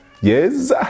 Yes